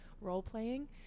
role-playing